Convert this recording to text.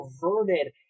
perverted